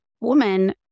woman